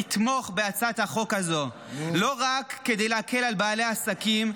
לתמוך בהצעת החוק הזו לא רק כדי להקל על בעלי העסקים,